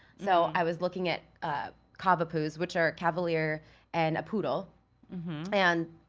so i was looking at cavapoos which are a cavelier and a poodle and,